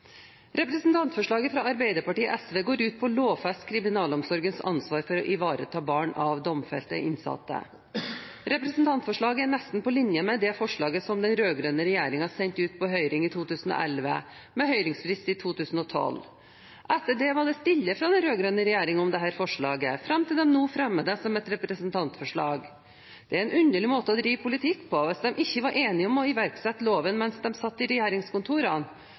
Representantforslaget fra Arbeiderpartiet og SV går ut på å lovfeste kriminalomsorgens ansvar for å ivareta barn av domfelte eller innsatte. Representantforslaget er nesten på linje med det forslaget som den rød-grønne regjeringen sendte ut på høring i 2011, med høringsfrist i 2012. Etter det var det stille fra den rød-grønne regjeringen om dette forslaget, fram til de nå fremmer det som et representantforslag. Det er en underlig måte å drive politikk på. Hvis de ikke var enige om å iverksette loven mens de satt i regjeringskontorene,